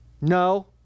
No